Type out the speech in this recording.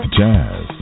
jazz